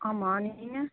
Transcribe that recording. ஆமாம் நீ நீங்கள்